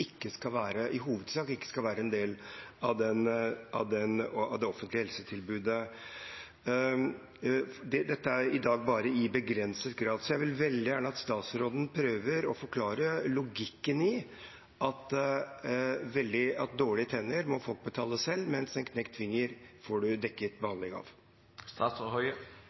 i hovedsak ikke skal være en del av det offentlige helsetilbudet. Dette er i dag bare i begrenset grad. Så jeg vil veldig gjerne at statsråden prøver å forklare logikken i at dårlige tenner må folk betale selv, mens en knekt finger får du dekket